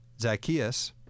Zacchaeus